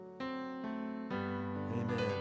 Amen